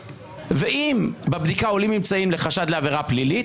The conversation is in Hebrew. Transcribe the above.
ואם בבדיקה עולים ממצאים לחשד לעבירה פלילית,